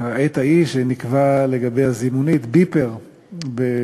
העת ההיא, שנקבע לגבי הזימונית, ביפר בעגתנו.